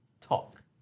talk